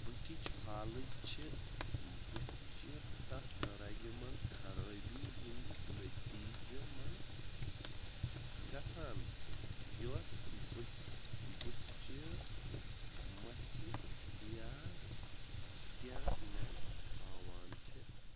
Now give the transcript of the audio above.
بٕتھِچ فالٕج چھِ بٕتھۍچہِ تَتھ رگہِ منٛز خرٲبی ہِنٛدِس نتیٖجہِ منٛز گژھان یۄس بٕتھۍ بٕتھۍ چہِ مژھِ اختیار اختیارَس منٛز تھاوان چھےٚ